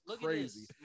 crazy